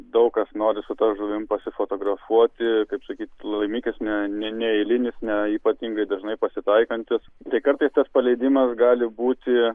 daug kas nori su ta žuvim pasifotografuoti kaip sakyt laimikis ne ne neilinis ne ypatingai dažnai pasitaikantis tai kartais tad paleidimas gali būti